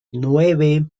nueve